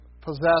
possess